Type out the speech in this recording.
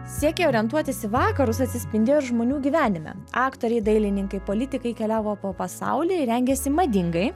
siekiai orientuotis į vakarus atsispindėjo ir žmonių gyvenime aktoriai dailininkai politikai keliavo po pasaulį rengėsi madingai